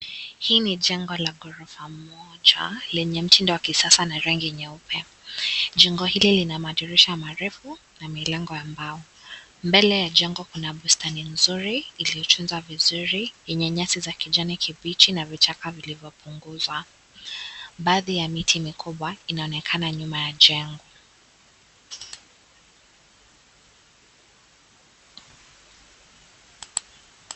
Hii ni jengo la gorofa moja lenye mtindo wa kisasa na rangi nyeupe jengo hili lina madirisha marefu na milango ya mbao mbele ya jengo kuna bustani nzuri iliyotunzwa vizuri yenye nyasi za kijani kibichi na vichaka vilivyo punguzwa baadhi ya miti mikubwa inaonekana nyuma ya jengo.